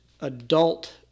adult